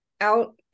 out